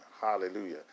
hallelujah